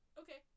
okay